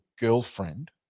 girlfriend –